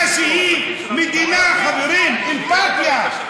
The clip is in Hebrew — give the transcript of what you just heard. למדינה, שהיא מדינה, חברים, אמפתיה.